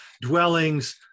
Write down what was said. dwellings